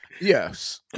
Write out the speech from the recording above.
Yes